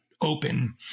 open